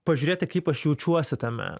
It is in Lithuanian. pažiūrėti kaip aš jaučiuosi tame